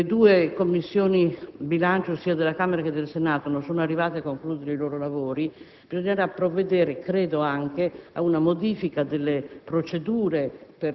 le due Commissioni bilancio della Camera e del Senato non sono arrivate a concludere i loro lavori, credo bisognerà provvedere anche ad una modifica delle procedure